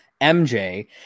MJ